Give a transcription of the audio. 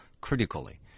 critically